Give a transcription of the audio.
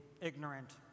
ignorant